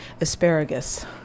asparagus